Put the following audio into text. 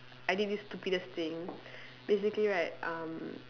I did this stupidest thing basically right um